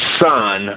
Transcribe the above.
son